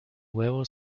huevo